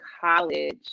college